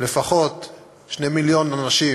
2 מיליון אנשים